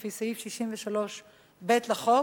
לפי סעיף 63(ב) לחוק,